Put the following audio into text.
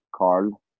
Carl